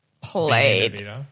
played